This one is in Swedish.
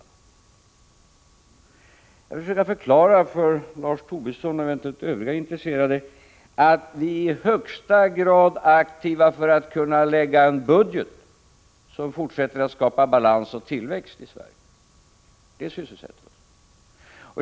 Jag skall försöka förklara för Lars Tobisson och eventuella övriga intresserade att vi i högsta grad är aktiva för att kunna lägga fram en budget som fortsätter att skapa balans och tillväxt i Sverige, dvs. sysselsättning.